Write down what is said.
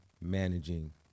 managing